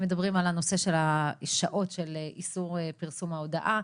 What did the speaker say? הם מדברים על הנושא של השעות של איסור פרסום ההודעה,